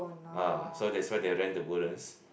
ah so that's why they rent the Woodlands